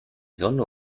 sonne